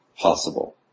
possible